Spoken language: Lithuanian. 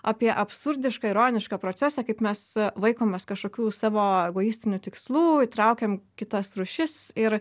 apie absurdišką ironišką procesą kaip mes vaikomės kažkokių savo egoistinių tikslų įtraukiam kitas rūšis ir